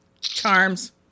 Charms